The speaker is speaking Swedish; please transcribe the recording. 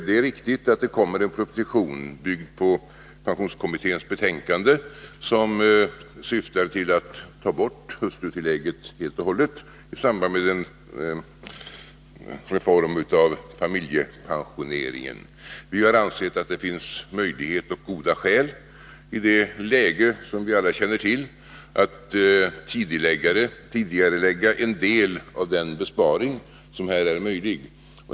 Det är riktigt att det kommer en proposition, byggd på pensionskommitténs betänkande, som syftar till att ta bort hustrutillägget helt och hållet i samband med en reform av familjepensioneringen. Vi har emellertid ansett att det finns möjlighet och goda skäl i det ekonomiska läge som vi alla känner till att tidigarelägga en del av den besparing som här är möjlig.